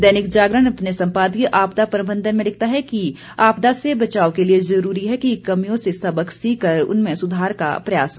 दैनिक जागरण अपने सम्पादकीय आपदा प्रबंधन में लिखता है कि कि आपदा से बचाव के लिए जरूरी है कि कमियों से सबक सीखकर उनमें सुधार का प्रयास हो